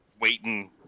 waiting